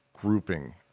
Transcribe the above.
grouping